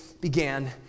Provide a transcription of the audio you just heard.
began